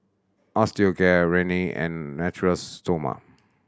Osteocare Rene and Natura Stoma